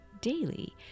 Daily